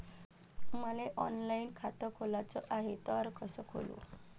मले ऑनलाईन खातं खोलाचं हाय तर कस खोलू?